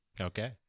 Okay